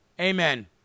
Amen